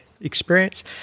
experience